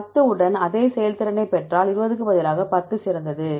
10 உடன் அதே செயல்திறனைப் பெற்றால் 20 க்கு பதிலாக 10 சிறந்தது